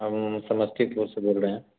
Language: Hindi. हम समस्तीपुर से बोल रहे हैं